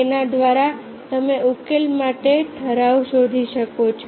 તેના દ્વારા તમે ઉકેલ માટે ઠરાવ શોધી શકો છો